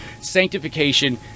sanctification